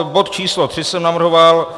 Bod č. 3 jsem navrhoval.